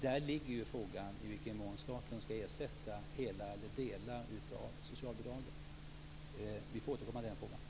Däri ligger ju frågan, i vilken mån staten skall ersätta hela eller delar av socialbidragen. Vi får återkomma till den frågan.